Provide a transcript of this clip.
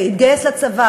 התגייס לצבא,